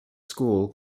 school